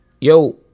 yo